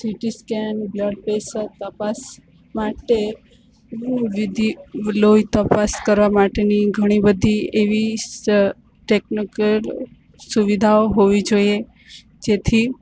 city scan blood pressure તપાસ માટે હું વિધિ લોહી તપાસ કરવા માટેની ઘણી બધી એવી ટેકનિકલ સુવિધાઓ હોવી જોઈએ જેથી